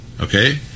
Okay